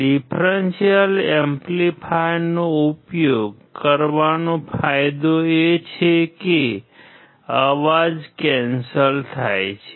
differential એમ્પ્લીફાયરનો ઉપયોગ કરવાનો ફાયદો એ છે કે અવાજ કૅન્સલડ થાય છે